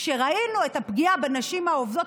כשראינו את הפגיעה בנשים העובדות